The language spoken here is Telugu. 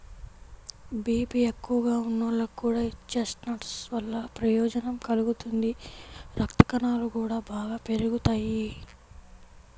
బీపీ ఎక్కువగా ఉన్నోళ్లకి కూడా యీ చెస్ట్నట్స్ వల్ల ప్రయోజనం కలుగుతుంది, రక్తకణాలు గూడా బాగా పెరుగుతియ్యి